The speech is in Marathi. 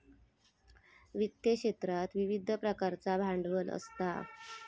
वित्त क्षेत्रात विविध प्रकारचा भांडवल असता